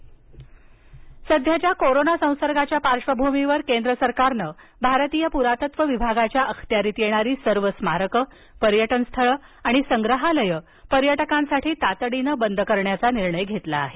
स्मारके बंद सध्याच्या कोरोना संसर्गाच्या पार्श्वभूमीवर केंद्र सरकारनं भारतीय पुरातत्व विभागाच्या अखत्यारीत येणारी सर्व स्मारकं पर्यटन स्थळे आणि संग्रहालयं पर्यटकांसाठी तातडीनं बंद करण्याचा निर्णय घेतला आहे